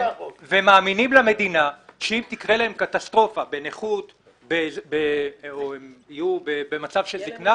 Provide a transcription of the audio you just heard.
והם מאמינים למדינה שאם תקרה להם קטסטרופה או נכות או מצב של זקנה,